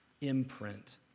imprint